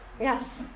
Yes